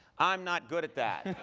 i'm not good at that.